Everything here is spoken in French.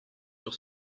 sur